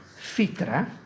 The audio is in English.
fitra